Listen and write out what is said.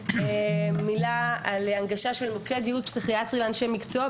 הנגשה של מוקד ייעוץ פסיכיאטרי לאנשי מקצוע.